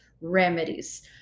remedies